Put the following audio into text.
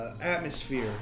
atmosphere